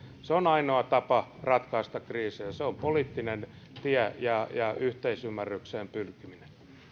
se on ainoa tapa ratkaista kriisejä se on poliittinen tie ja ja yhteisymmärrykseen pyrkiminen